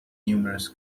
numerous